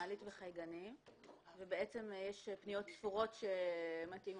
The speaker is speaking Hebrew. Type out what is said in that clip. מעלית וחייגנים ובעצם יש פניות ספורות שמתאימות.